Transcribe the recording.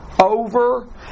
over